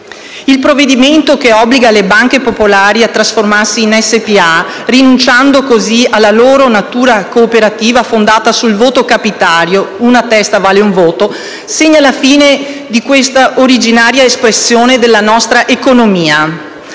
Il provvedimento che obbliga le banche popolari a trasformarsi in società per azioni, rinunciando così alla loro natura cooperativa fondata sul voto capitario (una testa vale un voto), segna la fine di questa originaria espressione della nostra economia.